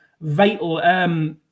vital